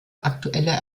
aktuelle